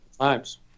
times